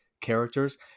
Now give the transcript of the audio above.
characters